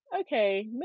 okay